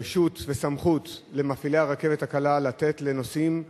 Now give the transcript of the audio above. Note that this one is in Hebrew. יש רשות וסמכות למפעילי הרכבת הקלה לתת לנוסעים שאמורים,